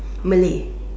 Malay